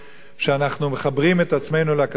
שאנחנו מחברים את עצמנו לקדוש-ברוך-הוא.